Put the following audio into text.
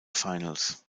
finals